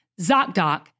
ZocDoc